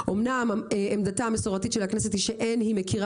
"אמנם עמדתה המסורתית של הכנסת היא שאין היא מכירה